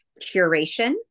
curation